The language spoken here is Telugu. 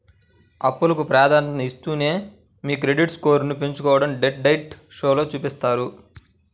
అప్పులకు ప్రాధాన్యతనిస్తూనే మీ క్రెడిట్ స్కోర్ను పెంచుకోడం డెట్ డైట్ షోలో చూపిత్తారు